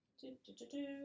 Do-do-do-do